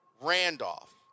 Randolph